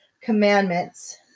commandments